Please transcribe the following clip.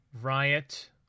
Riot